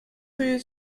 rue